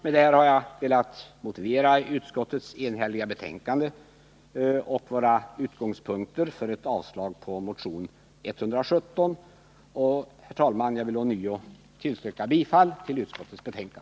Med detta har jag velat motivera utskottets enhälliga betänkande och våra utgångspunkter för ett avslag på motionen 2613, och jag vill ånyo tillstyrka bifall till utskottets hemställan.